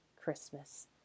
Christmas